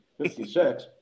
56